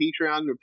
patreon